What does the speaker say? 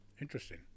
Interesting